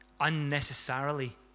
unnecessarily